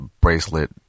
bracelet